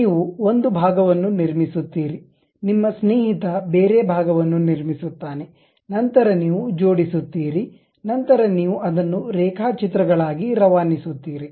ನೀವು ಒಂದು ಭಾಗವನ್ನು ನಿರ್ಮಿಸುತ್ತೀರಿ ನಿಮ್ಮ ಸ್ನೇಹಿತ ಬೇರೆ ಭಾಗವನ್ನು ನಿರ್ಮಿಸುತ್ತಾನೆ ನಂತರ ನೀವು ಜೋಡಿಸುತ್ತೀರಿ ನಂತರ ನೀವು ಅದನ್ನು ರೇಖಾಚಿತ್ರಗಳಾಗಿ ರವಾನಿಸುತ್ತೀರಿ